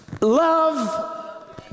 love